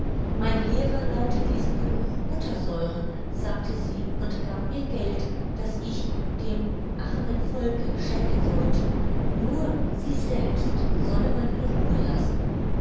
mein lehrer nannte diesen geruch buttersäure sagte sie und gab mir geld das ich dem armen volke schenken sollte nur sie selbst solle man in ruhe lassen